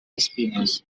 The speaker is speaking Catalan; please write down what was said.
espines